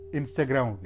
Instagram